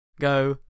go